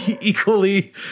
equally